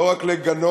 לא רק לגנות.